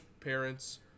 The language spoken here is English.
parents